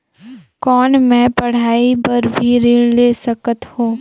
कौन मै पढ़ाई बर भी ऋण ले सकत हो?